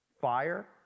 fire